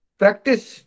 practice